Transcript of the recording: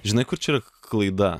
žinai kur čia yra klaida